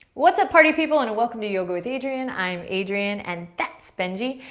what's up, party people and welcome to yoga with adriene. i'm adriene, and that's benji,